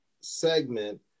segment